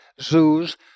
zoos